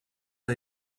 the